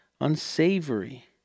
unsavory